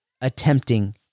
attempting